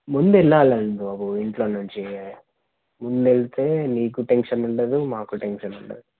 ముండేళ్ళాలండి బాబు ఇంట్లోంచి ముందు వెళ్తే నీకు టెన్షన్ ఉండదు మాకు టెన్షన్ ఉండదు